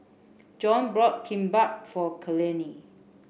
John bought Kimbap for Eleni